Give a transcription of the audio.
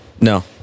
No